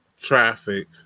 traffic